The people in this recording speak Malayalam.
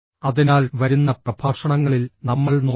അതിനാൽ വരുന്ന പ്രഭാഷണങ്ങളിൽ നമ്മൾ നോക്കും